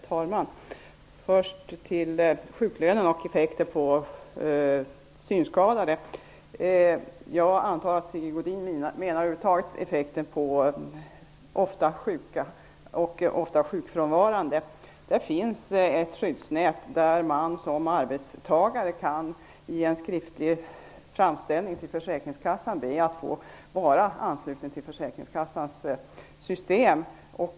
Herr talman! Först till sjuklönen och effekter för synskadade. Jag antar att Sigge Godin menar effekter över huvud taget för personer som ofta är frånvarande på grund av sjukdom. Men det finns ett skyddsnät. Man kan som arbetstagare i en skriftlig framställning till försäkringskassan be om att få vara ansluten till försäkringskassans system.